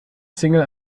single